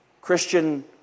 Christian